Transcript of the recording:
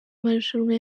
marushanwa